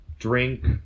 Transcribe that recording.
drink